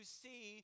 see